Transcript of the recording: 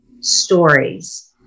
stories